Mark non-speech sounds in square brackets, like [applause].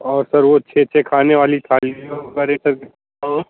और सर वो छः छः ख़ाने वाली थाली [unintelligible] में और